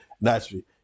naturally